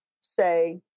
say